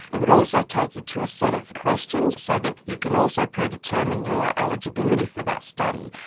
it would also take you to a set of questions so that you can also predetermine your eligibility for that study.